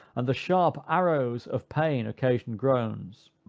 and the sharp arrows of pain occasion groans,